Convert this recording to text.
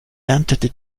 erntete